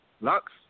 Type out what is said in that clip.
Lux